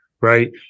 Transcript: Right